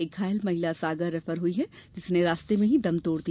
एक घायल महिला सागर रिफर हुई जिसने रास्ते मे दम तोड़ दिया